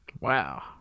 Wow